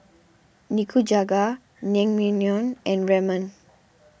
Nikujaga Naengmyeon and Ramen